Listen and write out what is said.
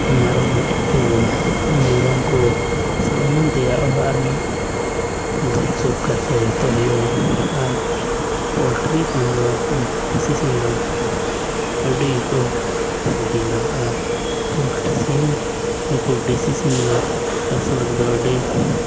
ᱢᱮᱨᱚᱢ ᱢᱤᱫᱴᱮᱱ ᱮᱢ ᱠᱤᱨᱤᱧᱮᱭᱟ ᱢᱮᱨᱚᱢ ᱠᱚ ᱥᱮ ᱮᱢᱟᱱ ᱛᱮᱭᱟᱜ ᱚᱲᱟᱜ ᱨᱮᱱᱟᱜ ᱫᱩᱠ ᱥᱩᱠ ᱠᱷᱟᱨᱪᱟ ᱡᱚᱛᱚ ᱜᱮ ᱦᱩᱭᱩᱜᱼᱟ ᱟᱨ ᱯᱚᱞᱴᱨᱤ ᱠᱷᱚᱱ ᱫᱚ ᱩᱱᱠᱩ ᱫᱮᱥᱤ ᱥᱤᱢ ᱫᱚ ᱟᱹᱰᱤ ᱠᱚ ᱥᱤᱵᱤᱞᱟ ᱟᱨ ᱯᱚᱞᱴᱨᱤ ᱥᱤᱢ ᱱᱩᱠᱩ ᱫᱮᱥᱤ ᱥᱤᱢ ᱫᱚ ᱟᱹᱥᱩᱞ ᱨᱮᱫᱚ ᱟᱹᱰᱤ